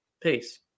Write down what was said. Peace